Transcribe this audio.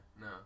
No